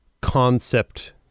concept